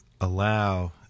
allow